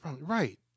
Right